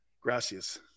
Gracias